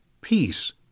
peace